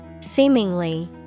Seemingly